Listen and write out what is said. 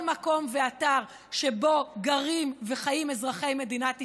מקום ואתר שבו גרים וחיים אזרחי מדינת ישראל.